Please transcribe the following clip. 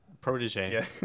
protege